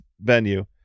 venue